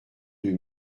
deux